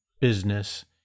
business